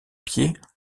pieds